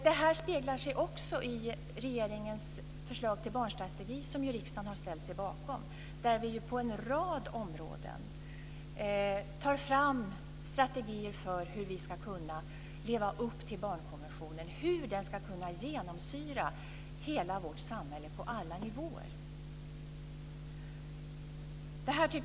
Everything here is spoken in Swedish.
Det här avspeglar sig också i regeringens förslag till barnstrategi, som ju riksdagen har ställt sig bakom, där vi på en rad områden tar fram strategier för hur vi ska kunna leva upp till barnkonventionen och hur den ska kunna genomsyra hela vårt samhälle på alla nivåer.